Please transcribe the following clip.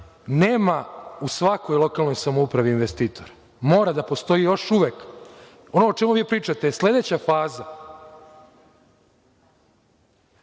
nema u svakoj lokalnoj samoupravi investitora. Mora da postoji još uvek. Ono o čemu vi pričate je sledeća faza,